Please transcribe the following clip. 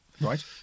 Right